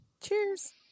Cheers